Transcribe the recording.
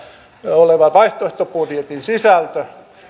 oleva vaihtoehtobudjetin sisältö